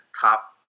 top